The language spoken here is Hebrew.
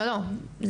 לא לא,